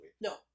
No